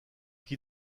qui